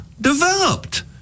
developed